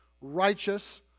righteous